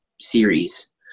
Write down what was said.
series